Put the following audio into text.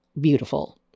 beautiful